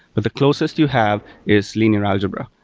but the closest you have is linear algebra,